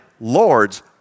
lord's